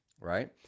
right